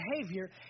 behavior